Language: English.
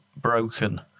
broken